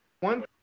One